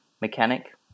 mechanic